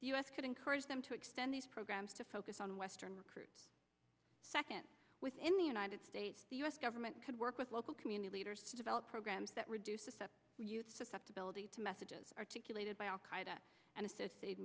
s could encourage them to extend these programs to focus on western troops second within the united states the u s government could work with local community leaders to develop programs that reduce the susceptibility to messages articulated by al qaeda and associate